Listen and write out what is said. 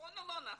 נכון או לא נכון?